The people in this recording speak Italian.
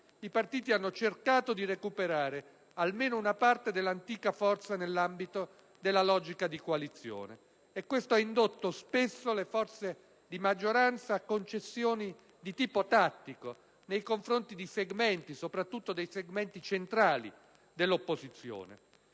i partiti hanno cercato di recuperare almeno una parte dell'antica forza nell'ambito della logica di coalizione. E questo ha indotto spesso le forze di maggioranza a concessioni di tipo "tattico" nei confronti di segmenti, soprattutto dei segmenti centrali dell'opposizione.